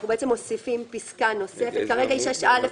אנחנו בעצם מוסיפים פסקה נוספ שכרגע היא 6(א).